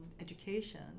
education